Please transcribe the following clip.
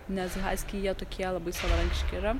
nes haskiai jie tokie labai savarankiški yra